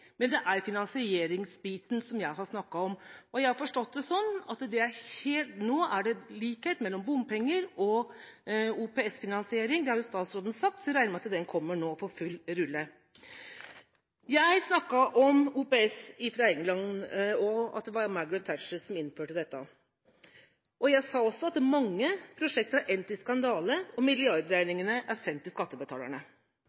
men det er finansieringsbiten jeg har snakket om. Jeg har forstått det sånn at det nå er likhet mellom bompenger og OPS-finansiering, det har statsråden sagt, så jeg regner med at det kommer for full rulle. Jeg snakket om OPS i England, og at det var Margaret Thatcher som innførte det. Jeg sa også at mange prosjekter har endt i skandale, og